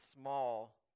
small